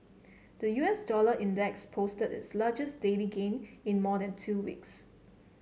the U S dollar index posted its largest daily gain in more than two weeks